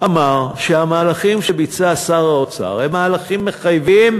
אמר שהמהלכים שביצע שר האוצר הם מהלכים מחייבים